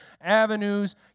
avenues